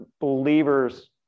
believers